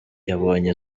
yabonye